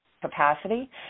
capacity